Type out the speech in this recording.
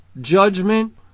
judgment